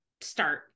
start